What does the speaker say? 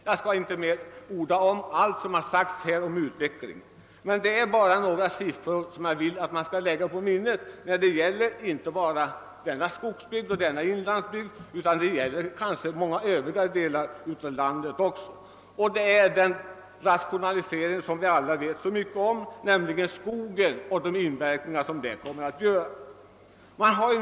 Jag skall inte bemöta allt som i detta sammanhang sagts om utvecklingen, men jag vill nämna några siffror som jag tycker att man skall lägga på minnet; detta gäller ju inte bara Västerbottens skogsbygd och inland, utan det gäller också många andra delar av landet. Jag tänker på den rationalisering som ägt rum i skogen och den inverkan den har haft på sysselsättningen — rationalisering är ju ett ämne som vi alla är insatta i.